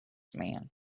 man